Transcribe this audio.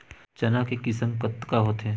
चना के किसम कतका होथे?